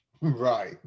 Right